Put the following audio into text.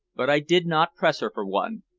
but i did not press her for one.